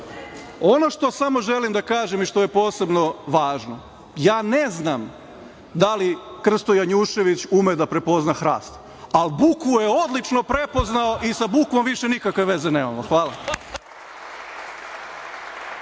što samo želim da kažem i što je posebno važno, ja ne znam da li Krsto Janjušević ume da prepozna hrast, ali bukvu je odlično prepoznao i sa bukvom više nikakve veze nemamo. Hvala.